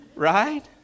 Right